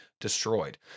destroyed